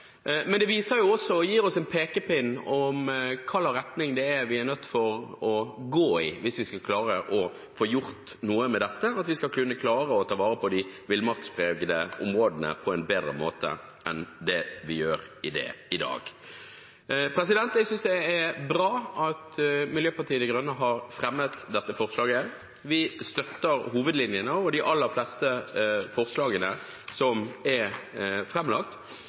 men det viser også og gir oss en pekepinn på i hvilken retning vi er nødt til å gå hvis vi skal klare å få gjort noe med dette, og for at vi skal klare å ta vare på de villmarkspregede områdene på en bedre måte enn det vi gjør i dag. Jeg synes det er bra at Miljøpartiet De Grønne har fremmet dette forslaget. Vi støtter hovedlinjene og de aller fleste forslagene som er